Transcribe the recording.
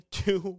two